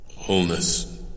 wholeness